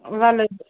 وَلہٕ حظ